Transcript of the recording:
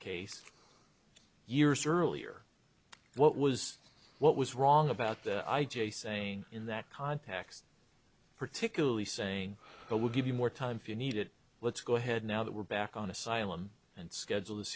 case years earlier what was what was wrong about the i j a saying in that context particularly saying it would give you more time for you needed let's go ahead now that we're back on asylum and schedule